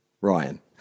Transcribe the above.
Ryan